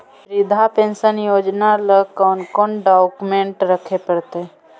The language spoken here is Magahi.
वृद्धा पेंसन योजना ल कोन कोन डाउकमेंट रखे पड़तै?